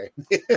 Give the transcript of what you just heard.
okay